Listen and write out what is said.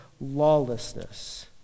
lawlessness